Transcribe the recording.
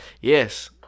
Yes